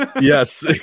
yes